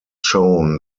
shown